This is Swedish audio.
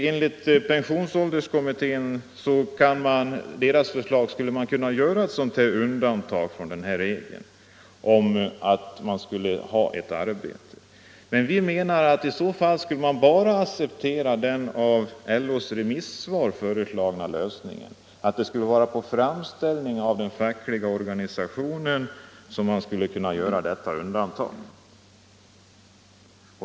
Enligt pensionsålderskommitténs förslag skulle man kunna göra ett sådant undantag från denna regel. Men vi menar att man i så fall bara skulle acceptera den i LO:s remissvar föreslagna lösningen — att det skulle vara efter framställning av den fackliga organisationen som man skulle kunna göra detta undantag.